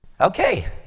Okay